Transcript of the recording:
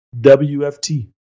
WFT